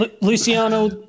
Luciano